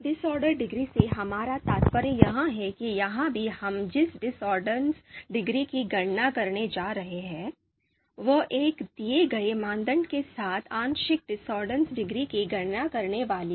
disorder degree से हमारा तात्पर्य यह है कि यहां भी हम जिस discordance डिग्री की गणना करने जा रहे हैं वह एक दिए गए मानदंड के साथ आंशिक डिसॉर्डर डिग्री की गणना करने वाली है